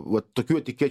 va tokių etikečių